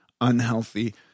unhealthy